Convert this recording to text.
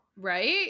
right